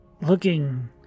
looking